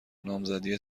نامزدی